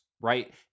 right